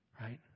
right